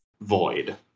Void